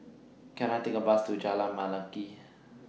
Can I Take A Bus to Jalan Mendaki